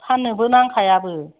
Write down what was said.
फानननो बो नांखायाबो